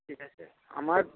ঠিক আছে আমার